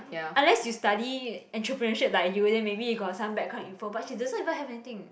unless you study entrepreneurship like you then maybe you got some background info but she doesn't even have anything